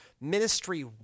ministry